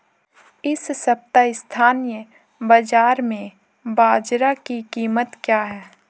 इस सप्ताह स्थानीय बाज़ार में बाजरा की कीमत क्या है?